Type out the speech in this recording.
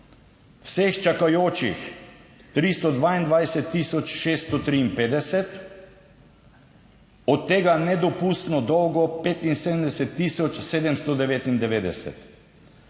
vseh čakajočih 322653, od tega nedopustno dolgo 75799.